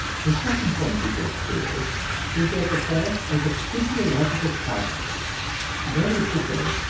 the second point to get clear is that the fast is a physiological process that is to say,